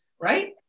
right